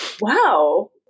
Wow